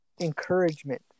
encouragement